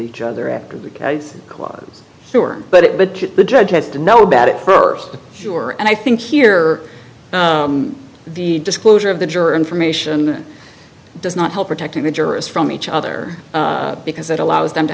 each other after the close sure but it but the judge had to know about it first sure and i think here the disclosure of the juror information does not help protecting the jurors from each other because that allows them to